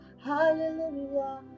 hallelujah